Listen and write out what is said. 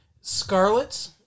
Scarlet